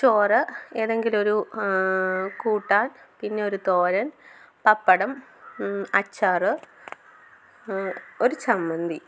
ചോറ് ഏതെങ്കിലും ഒരു കൂട്ടാൻ പിന്നെയൊരു തോരൻ പപ്പടം അച്ചാറ് ഒരു ചമ്മന്തി